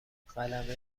قلمه